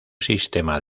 sistema